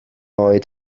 oed